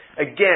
Again